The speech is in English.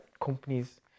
companies